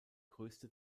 größte